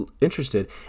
interested